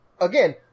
again